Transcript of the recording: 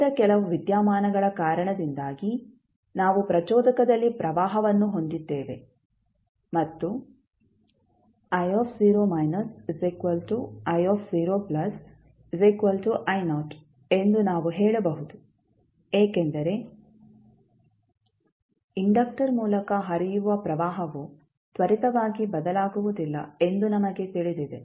ಇತರ ಕೆಲವು ವಿದ್ಯಮಾನಗಳ ಕಾರಣದಿಂದಾಗಿ ನಾವು ಪ್ರಚೋದಕದಲ್ಲಿ ಪ್ರವಾಹವನ್ನು ಹೊಂದಿದ್ದೇವೆ ಮತ್ತು ಎಂದು ನಾವು ಹೇಳಬಹುದು ಏಕೆಂದರೆ ಇಂಡಕ್ಟರ್ ಮೂಲಕ ಹರಿಯುವ ಪ್ರವಾಹವು ತ್ವರಿತವಾಗಿ ಬದಲಾಗುವುದಿಲ್ಲ ಎಂದು ನಮಗೆ ತಿಳಿದಿದೆ